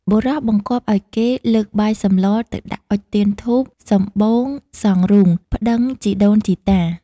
បុរសបង្គាប់ឱ្យគេលើកបាយសម្លរ ទៅដាក់អុជ ទៀនធូប សំបូងសង្រូងប្ដឹងជីដូនជីតា។